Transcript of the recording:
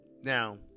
now